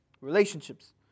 relationships